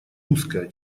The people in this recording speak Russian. узкая